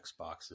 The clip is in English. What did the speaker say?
Xboxes